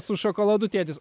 su šokoladu tėtis